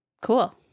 cool